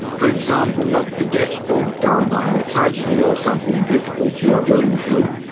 for example, not to get bogged down by a tragedy or something difficult you are going through.